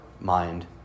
mind